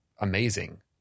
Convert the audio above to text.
amazing